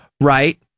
right